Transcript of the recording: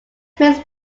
makes